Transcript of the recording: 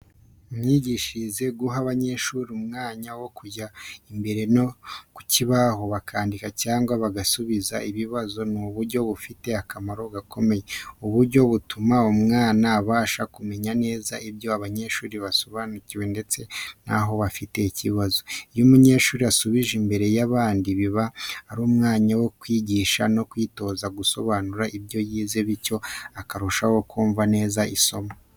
Mu myigishirize, guha abanyeshuri umwanya wo kujya imbere ku kibaho bakandika cyangwa bagasubiza ibibazo ni uburyo bufite akamaro gakomeye. Ubu buryo butuma umwarimu abasha kumenya neza ibyo abanyeshuri basobanukiwe ndetse n’aho bagifite ikibazo. Iyo umunyeshuri asubije imbere y’abandi, biba ari n’umwanya wo kwiyigisha no kwitoza gusobanura ibyo yize, bityo akarushaho kumva neza isomo.